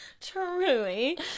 Truly